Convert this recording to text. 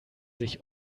sich